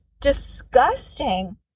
disgusting